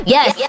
Yes